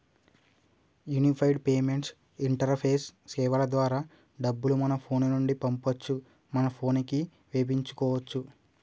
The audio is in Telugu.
యూనిఫైడ్ పేమెంట్స్ ఇంటరపేస్ సేవల ద్వారా డబ్బులు మన ఫోను నుండి పంపొచ్చు మన పోనుకి వేపించుకోచ్చు